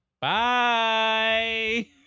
Bye